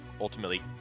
ultimately